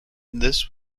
this